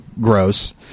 gross